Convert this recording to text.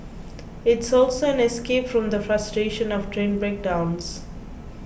it's also an escape from the frustration of train breakdowns